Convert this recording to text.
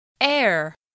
air